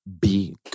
Big